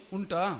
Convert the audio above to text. Unta